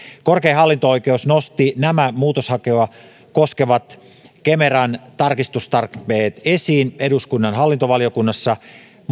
korkein hallinto oikeus nosti nämä muutoshakua koskevat kemeran tarkistustarpeet esiin eduskunnan hallintovaliokunnassa